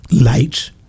Lights